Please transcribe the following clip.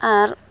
ᱟᱨ